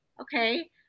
okay